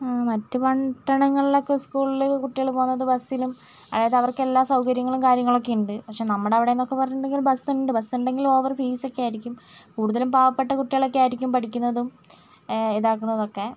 മറ്റ് പട്ടണങ്ങളിൽ ഒക്കെ സ്കുളിൽ കുട്ടികൾ പോണത് ബസ്സിലും അതായത് അവർക്ക് എല്ലാം സൗകര്യങ്ങളും കാര്യങ്ങളും ഒക്കെ ഉണ്ട് പക്ഷെ നമ്മുടെ അവിടെ ഒക്കെ പറഞ്ഞിട്ടുണ്ടേൽ ബസ്സുണ്ട് ബസ്സ് ഉണ്ടെങ്കിലും ഓവർ ഫീസൊക്കെ ആയിരിക്കും കൂടുതലും പാവപ്പെട്ട കുട്ടികൾ ഒക്കെ ആയിരിക്കും പഠിക്കുന്നതും ഇത്താക്കണതും ഒക്കെ